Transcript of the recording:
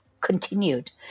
continued